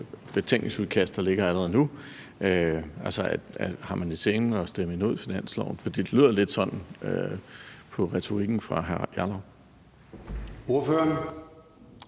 betænkningsudkast, der ligger allerede nu. Men altså, har man i sinde at stemme imod finansloven? For det lyder lidt sådan i retorikken fra hr.